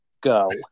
Go